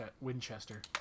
Winchester